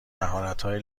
مهارتهای